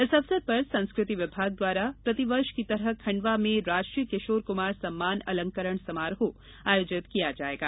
इस अवसर पर संस्कृति विभाग द्वारा प्रतिवर्ष की तरह खंडवा में राष्ट्रीय किशोर कुमार सम्मान अलंकरण समारोह आयोजित किया जायेगा